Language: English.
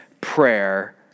prayer